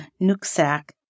Nooksack